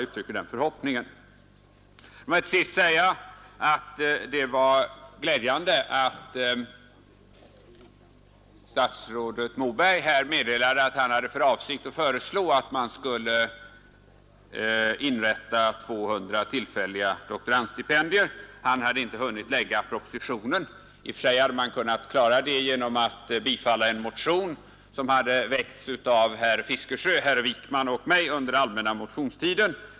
Låt mig till sist säga att det är glädjande att statsrådet Moberg här meddelade att han har för avsikt att föreslå att det skall inrättas 200 tillfälliga doktorandstipendier — men att han ännu inte hade hunnit lägga propositionen. I och för sig hade man kunnat klara det genom att bifalla en motion som väcktes av herr Fiskesjö, herr Wijk man och mig under den allmänna motionstiden.